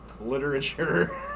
literature